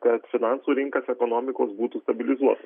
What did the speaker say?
kad finansų rinkos ekonomikos būtų stabilizuotos